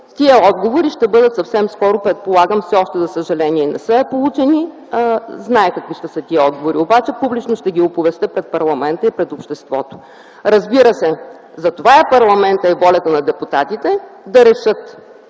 Тия отговори ще бъдат съвсем скоро предполагам ... За съжаление, все още не са получени. Знаете какви ще са тия отговори, обаче публично ще ги оповестя пред парламента и пред обществото. Разбира се, затова е парламентът и волята на депутатите да решат